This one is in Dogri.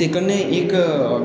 ते कन्नै इक